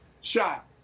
shot